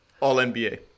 All-NBA